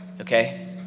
okay